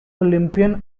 olympian